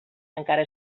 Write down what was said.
encara